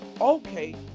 okay